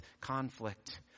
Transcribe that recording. conflict